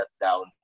down